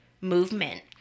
movement